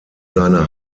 seine